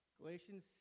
Galatians